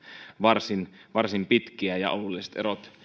varsin varsin pitkiä ja alueelliset